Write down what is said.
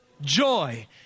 Joy